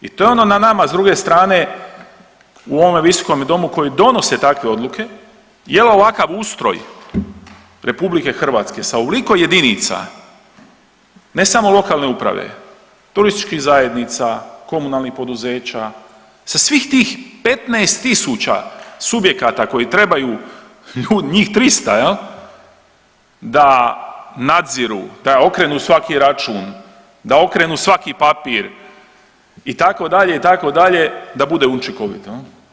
I to je ono na nama s druge strane u ovome visokome domu koji donose takve odluke je li ovakav ustroj RH sa ovoliko jedinica, ne samo lokalne uprave, turističkih zajednica, komunalnih poduzeća, sa svih tih 15.000 subjekata koji trebaju, njih 300 da nadziru, da okrenu svaki račun, da okrenu svaki papir itd., itd. da bude učinkovito jel.